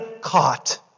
caught